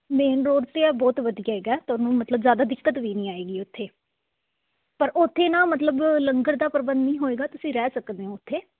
main road 'ਤੇ ਆ ਬਹੁਤ ਵਧੀਆ ਹੈਗਾ ਤੁਹਾਨੂੰ ਮਤਲਬ ਜ਼ਿਆਦਾ ਦਿੱਕਤ ਵੀ ਨਹੀਂ ਆਏਗੀ ਉੱਥੇ ਪਰ ਉੱਥੇ ਨਾ ਮਤਲਬ ਲੰਗਰ ਦਾ ਪ੍ਰਬੰਧ ਨਹੀਂ ਹੋਏਗਾ ਤੁਸੀਂ ਰਹਿ ਸਕਦੇ ਹੋ ਉੱਥੇ